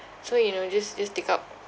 so you know just just take up